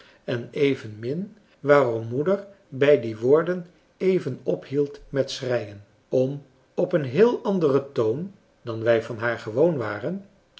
en evenmin waarom moeder bij die woorden even ophield met schreien om op een heel anderen toon dan wij van haar gewoon waren